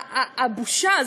הבושה,